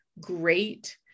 great